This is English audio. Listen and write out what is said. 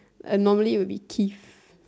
uh normally it would be Keefe